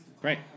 Great